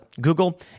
Google